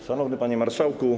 Szanowny Panie Marszałku!